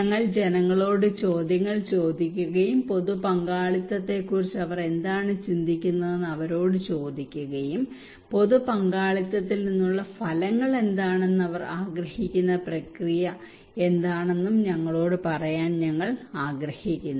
ഞങ്ങൾ ജനങ്ങളോട് ചോദ്യങ്ങൾ ചോദിക്കുകയും പൊതു പങ്കാളിത്തത്തെക്കുറിച്ച് അവർ എന്താണ് ചിന്തിക്കുന്നതെന്ന് അവരോട് ചോദിക്കുകയും പൊതു പങ്കാളിത്തത്തിൽ നിന്നുള്ള ഫലങ്ങൾ എന്താണെന്നും അവർ ആഗ്രഹിക്കുന്ന പ്രക്രിയ എന്താണെന്നും ഞങ്ങളോട് പറയാൻ ഞങ്ങൾ ആഗ്രഹിക്കുന്നു